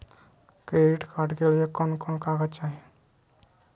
Credit card के लिए कौन कागज चाही?